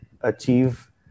achieve